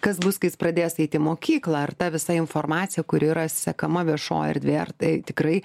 kas bus kai jis pradės eit mokyklą ar ta visa informacija kuri yra sekama viešoj erdvėj ar tai tikrai